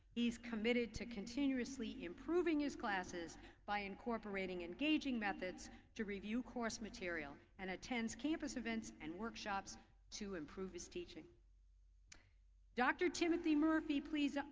he's committed to continuously improving his classes by incorporating engaging methods to review course material and attends campus events and workshops to improve his teaching dr. timothy murphy please.